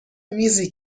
میزی